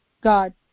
God